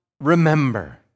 remember